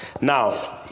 Now